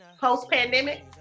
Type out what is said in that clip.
post-pandemic